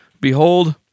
behold